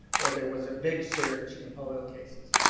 where there was a big surge in polio cases.